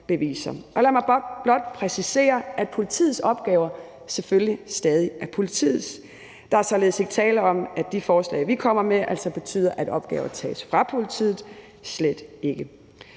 beviser. Og lad mig blot præcisere, at politiets opgaver selvfølgelig stadig er politiets. Der er således ikke tale om, at de forslag, vi kommer med, altså betyder, at opgaver tages fra politiet – slet ikke.